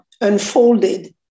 unfolded